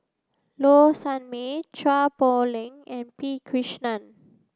Low Sanmay Chua Poh Leng and P Krishnan